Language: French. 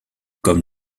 comme